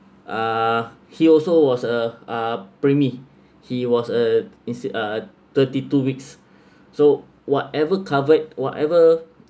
uh he also was a uh preemie he was a is a uh thirty two weeks so whatever covered whatever